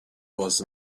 was